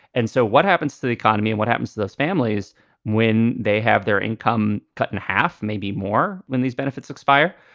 and so what happens to the economy and what happens to those families when they have their income cut in half, maybe more when these benefits expire?